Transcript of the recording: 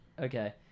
Okay